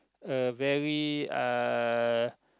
a very uh